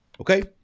okay